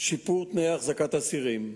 שיפור תנאי אחזקת אסירים,